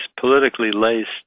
politically-laced